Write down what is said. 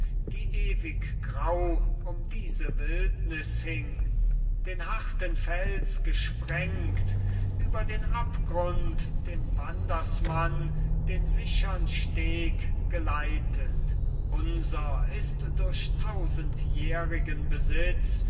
die ewig grau um diese wildnis hing den harten fels gesprengt über den abgrund dem wandersmann den sichern steg geleitet unser ist durch tausendjährigen besitz